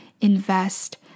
invest